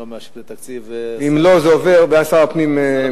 אם הם לא מאשרים את התקציב, זה עובר לשר הפנים.